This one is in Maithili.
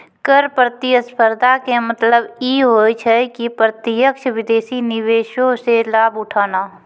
कर प्रतिस्पर्धा के मतलब इ होय छै कि प्रत्यक्ष विदेशी निवेशो से लाभ उठाना